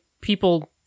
people